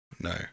No